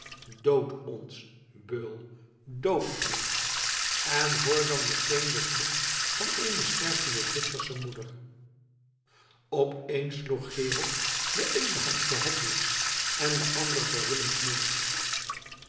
dood ons beul dood ons en hoor dan meteen den vloek van eene stervende zwitsersche moeder opeens sloeg gerold de eene hand voor hedwigs en de andere voor willems mond